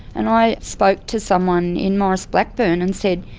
and i spoke to someone in morris blackburn and said,